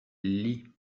lit